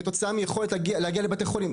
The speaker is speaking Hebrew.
כתוצאה ממהירות היכולת להגיע לבתי חולים,